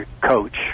coach